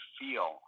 feel